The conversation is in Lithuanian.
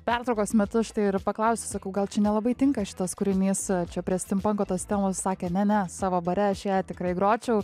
pertraukos metu štai ir paklausiu sakau gal čia nelabai tinka šitas kūrinys čia prie stimpanko tos temos sakė ne ne savo bare aš ją tikrai gročiau